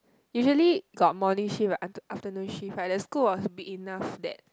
usually got morning shift right afternoon shift right the school was big enough that